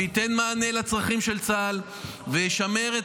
שייתן מענה לצרכים של צה"ל ויישמר את